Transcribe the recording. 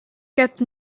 quatre